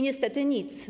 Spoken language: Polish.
Niestety nic.